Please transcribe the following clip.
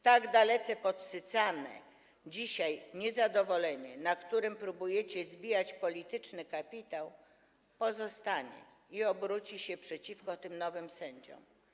Tak dalece podsycane dzisiaj niezadowolenie, na którym próbujecie zbijać polityczny kapitał, pozostanie i obróci się przeciwko tym nowym sędziom.